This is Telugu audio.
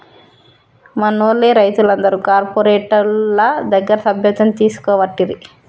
మనూళ్లె రైతులందరు కార్పోరేటోళ్ల దగ్గర సభ్యత్వం తీసుకోవట్టిరి